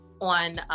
on